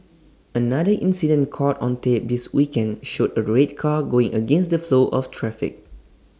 another incident caught on tape this weekend showed A red car going against the flow of traffic